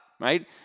Right